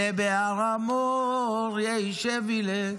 אל בית הר המור, יהי שבילך".